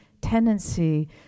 tendency